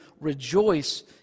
rejoice